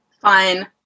Fine